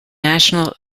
national